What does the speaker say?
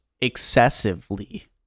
excessively